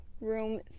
room